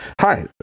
Hi